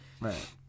Right